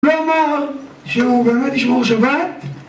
לא אמר שהוא באמת ישמור שבת